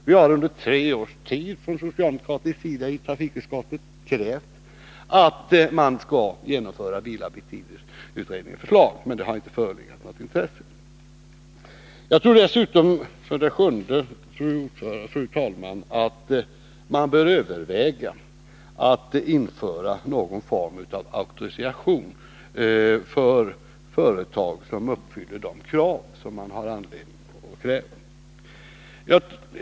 Vi har under tre års tid från socialdemokratisk sida i trafikutskottet krävt att man skall genomföra bilarbetstidsutredningens förslag, men det har inte förelegat något intresse härför. För det sjunde tror jag att man bör överväga att införa någon form av Nr 51 auktorisation för företag som uppfyller de krav som man har anledning att ställa.